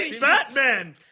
Batman